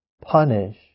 punish